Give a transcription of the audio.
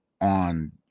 on